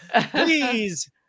Please